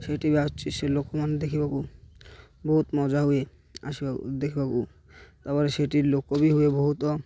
ସେଇଠି ବି ଆସଛି ସେ ଲୋକମାନେ ଦେଖିବାକୁ ବହୁତ ମଜା ହୁଏ ଆସିବାକୁ ଦେଖିବାକୁ ତା'ପରେ ସେଇଠି ଲୋକ ବି ହୁଏ ବହୁତ